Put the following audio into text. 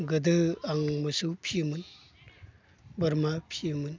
गोदो आं मोसौ फिसियोमोन बोरमा फिसियोमोन